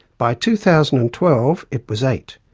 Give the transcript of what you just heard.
by two thousand and twelve, it was eight.